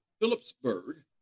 Phillipsburg